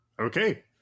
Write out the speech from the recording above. Okay